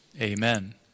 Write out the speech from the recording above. Amen